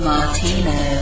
Martino